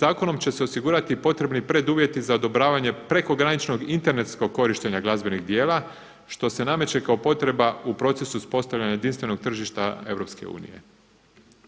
zakonom će se osigurati potrebni preduvjeti za odobravanje prekograničnog internetskog korištenja glazbenih djela što se nameće kao potreba u procesu uspostavljanja jedinstvenog tržišta EU.